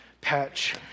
patch